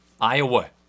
Iowa